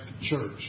church